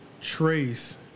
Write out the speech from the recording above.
trace